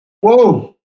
whoa